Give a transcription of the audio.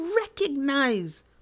recognize